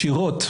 ישירות,